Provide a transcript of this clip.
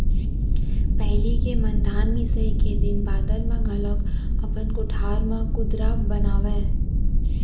पहिली के मन धान मिसाई के दिन बादर म घलौक अपन कोठार म कुंदरा बनावयँ